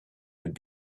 would